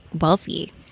wealthy